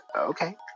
Okay